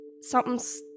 Something's